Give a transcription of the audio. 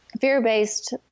fear-based